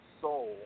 soul